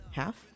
half